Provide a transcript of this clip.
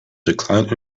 declined